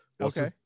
Okay